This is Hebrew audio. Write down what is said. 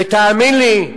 ותאמין לי,